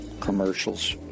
commercials